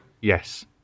Yes